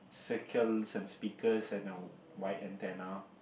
circles and speakers and a white antennae